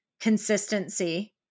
consistency